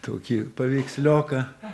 tokį paveikslioką